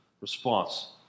response